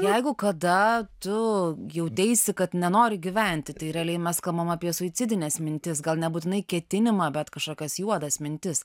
jeigu kada tu jauteisi kad nenori gyventi tai realiai mes kalbam apie suicidines mintis gal nebūtinai ketinimą bet kažkokias juodas mintis